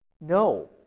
No